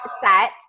set